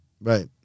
Right